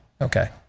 Okay